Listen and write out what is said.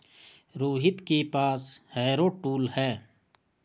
रोहित के पास harrow tool है